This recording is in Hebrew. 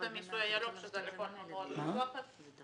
המיסוי הירוק שזאתצ רפורמה מאוד מוצלחת.